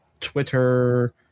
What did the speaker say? twitter